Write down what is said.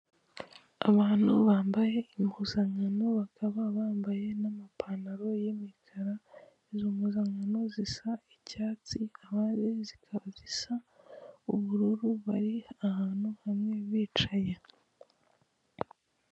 Abantu bambaye impuzankano bakaba bambaye n'amapantaro y'imikara, izo mpuzankano ziza icyatsi hakaba hari izindi zikaba zisa ubururu bari ahantu hamwe bicaye.